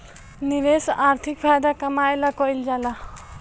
निवेश आर्थिक फायदा कमाए ला कइल जाला